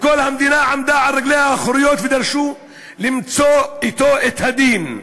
וכל המדינה עמדה על רגליה האחוריות ודרשו למצות אתו את הדין.